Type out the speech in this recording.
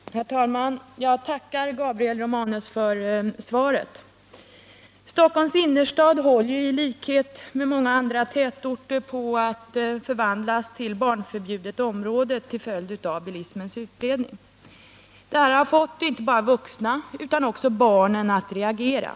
Herr talman! Jag tackar Gabriel Romanus för svaret. Stockholms innerstad håller i likhet med många andra tätorter på att förvandlas till barnförbjudet område till följd av bilismens utbredning. Det har fått inte bara vuxna utan också barn att reagera.